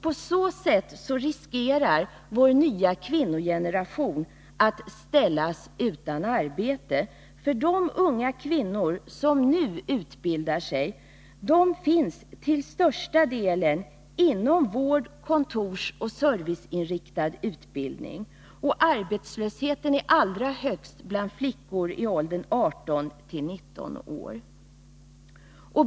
På så sätt riskerar vår nya kvinnogeneration att ställas utan arbete. De unga kvinnor som nu utbildar sig finns till största delen inom vård-, kontorsoch serviceinriktad utbildning. Arbetslösheten är allra högst bland flickor i åldern 18-19 år.